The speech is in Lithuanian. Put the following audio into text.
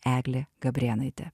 eglė gabrėnaitė